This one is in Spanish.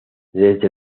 desde